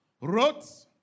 wrote